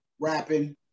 rapping